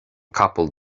capall